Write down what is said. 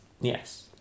yes